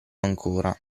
ancora